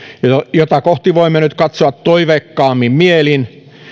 jota kohti voimme nyt katsoa toiveikkaimmin mielin